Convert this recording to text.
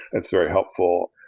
it's very helpful.